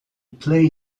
play